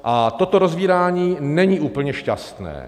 A toto rozvírání není úplně šťastné.